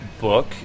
book